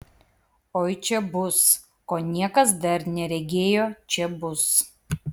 oi čia bus ko niekas dar neregėjo čia bus